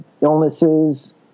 illnesses